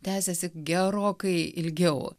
tęsiasi gerokai ilgiau